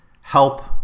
Help